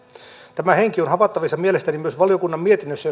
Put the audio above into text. tämä henki on havaittavissa mielestäni myös valiokunnan mietinnössä